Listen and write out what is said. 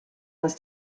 was